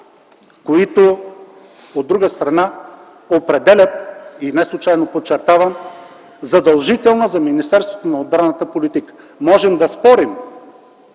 които, от друга страна, определят, неслучайно подчертавам, задължителна за Министерството на отбраната политика. Можем да спорим